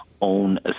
own